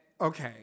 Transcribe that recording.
okay